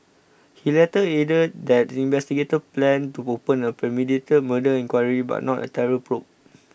he later added that investigators planned to open a premeditated murder inquiry but not a terror probe